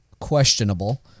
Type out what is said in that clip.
questionable